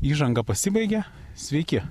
įžanga pasibaigė sveiki